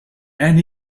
and